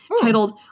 Titled